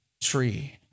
tree